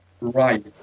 right